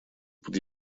под